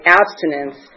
abstinence